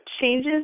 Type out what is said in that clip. changes